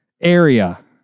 area